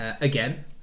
Again